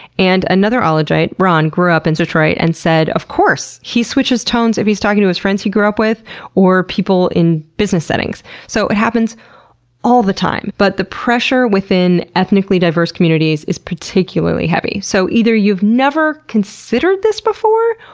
and another ologite, ron, grew up in detroit and said, of course! he switches tones if he's talking to his friends he grew up with or people in business settings so, it happens all the time, but the pressure within ethnically diverse communities is particularly heavy. so either you've never considered this before,